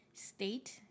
state